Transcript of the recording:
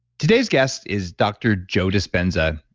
today's guest is dr. joe dispenza.